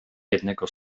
jednego